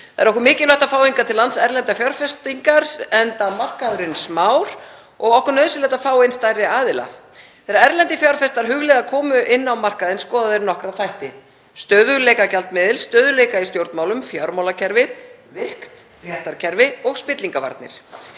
Það er okkur mikilvægt að fá hingað til lands erlendar fjárfestingar enda markaðurinn smár og okkur nauðsynlegt að fá inn stærri aðila. Þegar erlendir fjárfestar hugleiða komu inn á markaðinn skoða þeir nokkra þætti; stöðugleika gjaldmiðils, stöðugleika í stjórnmálum, fjármálakerfið, virkt réttarkerfi og spillingarvarnir.